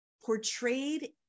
portrayed